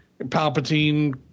Palpatine